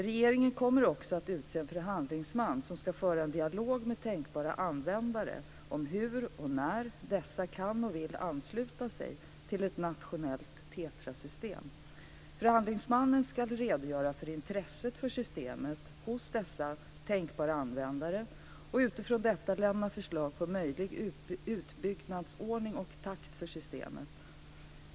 Regeringen kommer också att utse en förhandlingsman som ska föra en dialog med tänkbara användare om hur och när dessa kan och vill ansluta sig till ett nationellt TETRA-system. Förhandlingsmannen ska redogöra för intresset för systemet hos dessa tänkbara användare och utifrån detta lämna förslag på möjlig utbyggnadsordning och takt för systemet.